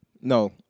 No